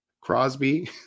Crosby